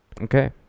okay